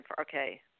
Okay